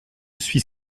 suis